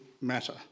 matter